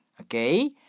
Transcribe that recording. Okay